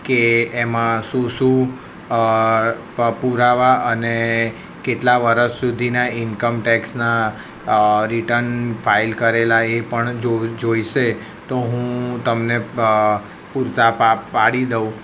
કે એમાં શું શું પ પુરાવા અને કેટલા વરસ સુધીના ઇન્કમ ટેક્સના રિટન ફાઇલ કરેલા એ પણ જો જોઇસે તો હું તમને પૂરતા પા પાડી દઉં